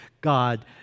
God